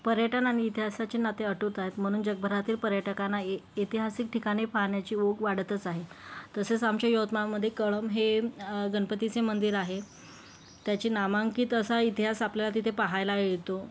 पर्यटन आणि इतिहासाचे नाते अटूट आहेत म्हणून जगभरातील पर्यटकांना ए एतिहासिक ठिकाणे पाहण्याची वाढतच आहे तसेच आमच्या यवतमाळमध्ये कळंब हे गणपतीचे मंदिर आहे त्याचे नामांकित असा इतिहास आपल्याला तिथे पाहायला येतो